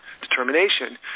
determination